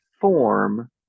form